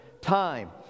time